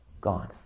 gone